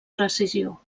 precisió